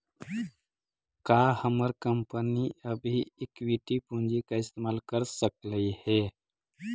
का हमर कंपनी अभी इक्विटी पूंजी का इस्तेमाल कर सकलई हे